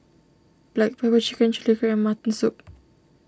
Black Pepper Chicken Chili Crab and Mutton Soup